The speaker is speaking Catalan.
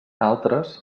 altres